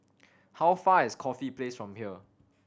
how far is Corfe Place from here